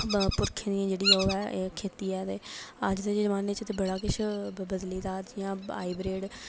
पुरखे दी जेह्ड़ी ऐ ओह् ऐ खेती ऐ अज्ज दे जमने च बड़ा किश बदली गे दा जि'यां हाईब्रीड